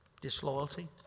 Disloyalty